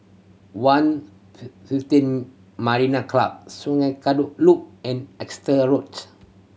One Fifteen Marina Club Sungei Kadut Loop and Exeter Roads